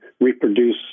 reproduce